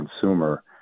consumer